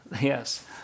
Yes